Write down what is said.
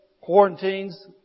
quarantines